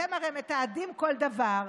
אתם הרי מתעדים כל דבר.